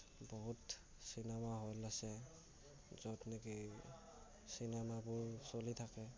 বহুত cinema hall আছে য'ত নিকি চিনেমাবোৰ চলি থাকে